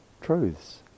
truths